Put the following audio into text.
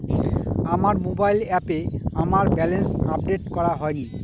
আমার মোবাইল অ্যাপে আমার ব্যালেন্স আপডেট করা হয়নি